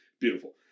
beautiful